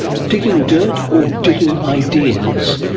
digging dirt or digging ideas?